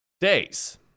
days